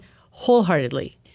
wholeheartedly